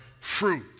fruit